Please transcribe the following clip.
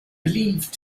believed